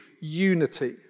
unity